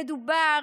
מדובר